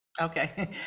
Okay